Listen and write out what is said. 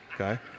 okay